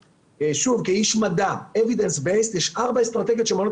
כאיש מדע יש ארבע אסטרטגיות של מניעת